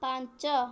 ପାଞ୍ଚ